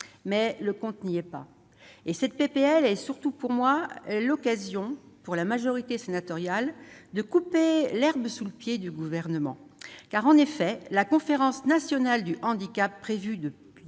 mais le compte n'y est pas. Pour moi, cette proposition de loi est surtout l'occasion pour la majorité sénatoriale de couper l'herbe sous le pied du Gouvernement ... En effet, la conférence nationale du handicap prévue depuis